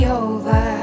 over